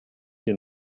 hier